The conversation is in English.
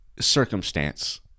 Circumstance